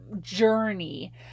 journey